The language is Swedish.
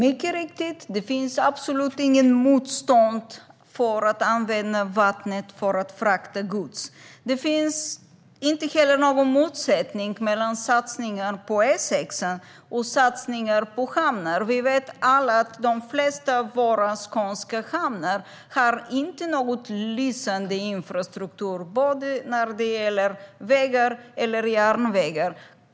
Fru talman! Det finns inget motstånd mot att använda vattnet för att frakta gods. Det finns heller ingen motsättning mellan satsningar på E6:an och satsningar på hamnar. Vi vet alla att de flesta av de skånska hamnarna inte har någon lysande infrastruktur, oavsett om det gäller vägar eller järnvägar.